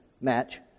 match